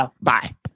Bye